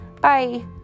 bye